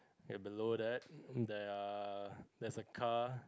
below that there are there's a car